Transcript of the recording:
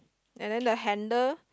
and then the handle